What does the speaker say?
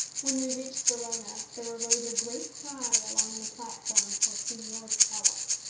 when we reached verona, there arose a great cry along the platform for signor trollope.